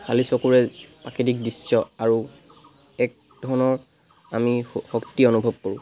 খালী চকুৰে প্ৰাকৃতিক দৃশ্য এক ধৰণৰ আমি শক্তি অনুভৱ কৰোঁ